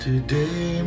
Today